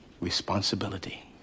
responsibility